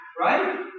right